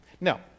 Now